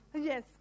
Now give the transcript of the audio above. Yes